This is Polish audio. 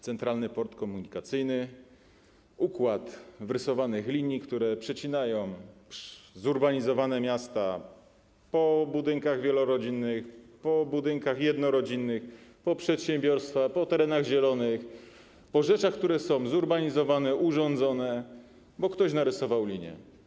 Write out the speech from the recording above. Centralny Port Komunikacyjny: układ wrysowanych linii, które przecinają obszary zurbanizowane, miasta, biegną po budynkach wielorodzinnych, po budynkach jednorodzinnych, po przedsiębiorstwach, po terenach zielonych, po rzeczach, które są zurbanizowane, urządzone - bo ktoś tak narysował linię.